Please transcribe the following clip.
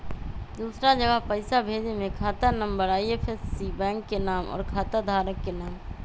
दूसरा जगह पईसा भेजे में खाता नं, आई.एफ.एस.सी, बैंक के नाम, और खाता धारक के नाम?